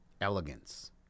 elegance